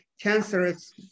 cancerous